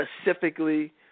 specifically